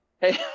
hey